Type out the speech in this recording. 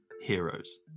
heroes